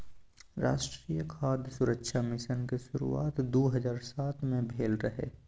राष्ट्रीय खाद्य सुरक्षा मिशन के शुरुआत दू हजार सात मे भेल रहै